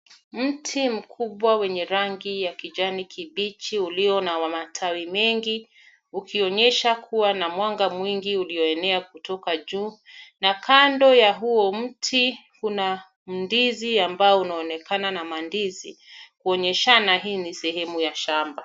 Mti mkubwa wenye rangi ya kijani kibichi ulio na matawi mengi, ukionyesha kuwa na mwanga mwingi ulioenea kutoka juu, na kando ya huo mti kuna mndizi ambao unaonekana na mandizi, kuonyeshana hii ni sehemu ya shamba.